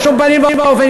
בשום פנים ואופן.